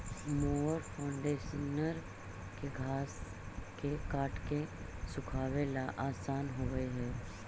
mower conditioner के घास के काट के सुखावे ला आसान होवऽ हई